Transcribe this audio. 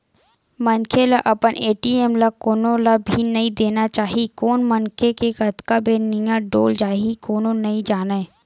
मनखे ल अपन ए.टी.एम ल कोनो ल भी नइ देना चाही कोन मनखे के कतका बेर नियत डोल जाही कोनो नइ जानय